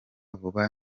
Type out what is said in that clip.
vuba